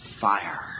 fire